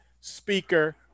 speaker